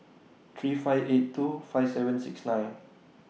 three five eight two five seven six nine